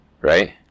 right